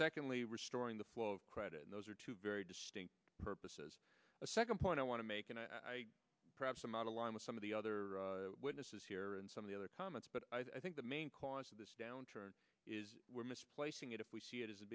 secondly restoring the flow of credit and those are two very distinct purposes a second point i want to make and i perhaps i'm out of line with some of the other witnesses here and some of the other comments but i think the main cause of this downturn is we're misplacing if we see it as